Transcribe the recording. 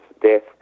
death